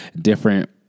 different